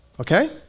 Okay